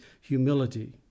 humility